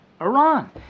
Iran